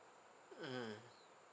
mmhmm